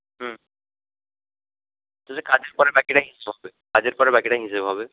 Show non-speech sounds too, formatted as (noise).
(unintelligible) কাজের পরে বাকিটা (unintelligible) কাজের পরে বাকিটা হিসেব হবে